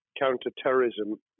counter-terrorism